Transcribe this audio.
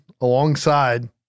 alongside